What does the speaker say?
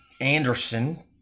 Anderson